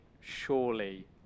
surely